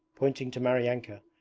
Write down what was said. pointing to maryanka,